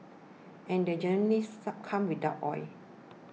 and they generally come without oil